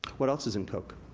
what else is in coke?